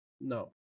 No